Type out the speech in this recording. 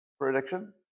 prediction